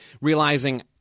realizing